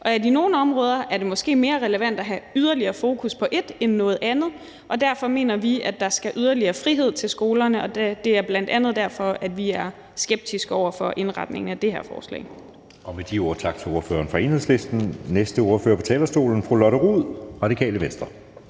af. I nogle områder er det måske mere relevant at have yderligere fokus på noget frem for noget andet, og derfor mener vi, der skal yderligere frihed til skolerne, og det er bl.a. derfor, vi er skeptiske over for indretningen af det her forslag. Kl. 17:00 Anden næstformand (Jeppe Søe): Med de ord tak til ordføreren for Enhedslisten. Næste ordfører på talerstolen er fru Lotte Rod, Radikale Venstre.